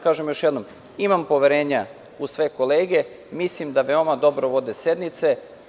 Kažem još jednom, imam poverenja u sve kolege, mislim da veoma dobro vode sednice.